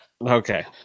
okay